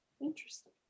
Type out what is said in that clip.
interesting